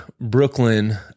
Brooklyn